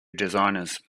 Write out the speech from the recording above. designers